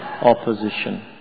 opposition